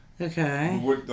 Okay